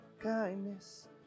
kindness